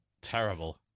Terrible